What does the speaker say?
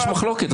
יש מחלוקת,